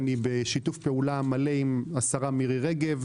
אני בשיתוף פעולה מלא עם השרה מירי רגב.